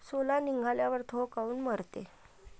सोला निघाल्यावर थो काऊन मरते?